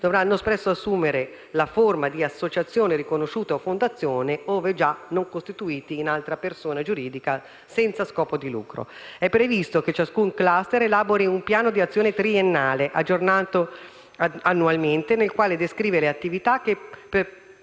dovranno presto assumere la forma di associazione riconosciuta o fondazione, ove già non costituiti in altra persona giuridica senza scopo di lucro. È previsto che ciascun *cluster* elabori un piano di azione triennale, aggiornato annualmente, nel quale descriva le attività che